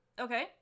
Okay